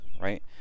Right